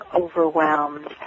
overwhelmed